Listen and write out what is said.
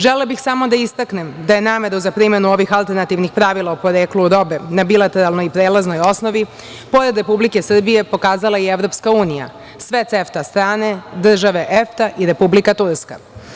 Želela bih samo da istaknem da je nameru za primenu ovih aletrnativnih pravila o poreklu robe na bilateralnoj i prelaznoj osnovi, pored Republike Srbije, pokazala i EU, sve CEFTA strane, države EFTA i Republika Turska.